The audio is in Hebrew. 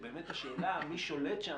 שבאמת השאלה מי שולט שם,